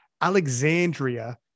Alexandria